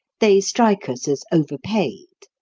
they strike us as overpaid.